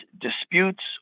disputes